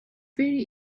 very